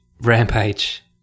Rampage